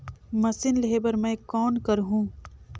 Machine लेहे बर मै कौन करहूं?